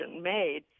made